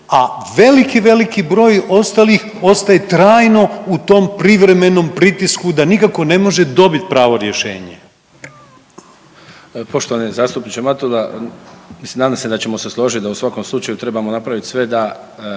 a veliki, veliki broj ostalih ostaje trajno u tom privremenom pritisku da nikako ne može dobiti pravo rješenje. **Glavina, Tonči** Poštovani zastupniče Matula, mislim nadam se da ćemo se složiti da u svakom slučaju trebamo napraviti sve da,